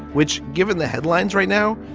which given the headlines right now,